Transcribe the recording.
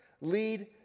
lead